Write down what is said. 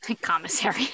commissary